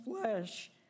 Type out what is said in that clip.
flesh